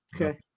Okay